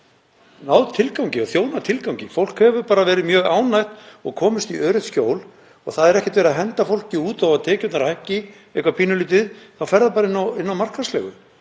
að byggja, hafa þjónað tilgangi. Fólk hefur verið mjög ánægt og komist í öruggt skjól og það er ekkert verið að henda fólki út þó að tekjurnar hækki eitthvað pínulítið, þá fer það bara inn á markaðsleigu.